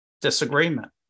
disagreement